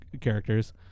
characters